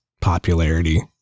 popularity